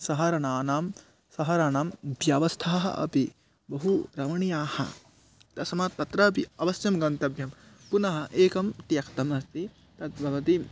शहराणां शहराणां व्यवस्थाः अपि बहु रमणीयाः तस्मात् तत्रापि अवश्यं गन्तव्यं पुनः एकं त्यक्तम् अस्ति तद् भवति